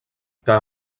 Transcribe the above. que